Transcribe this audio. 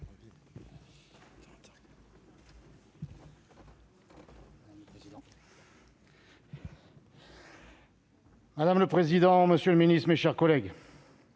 Madame le président, monsieur le ministre, mes chers collègues,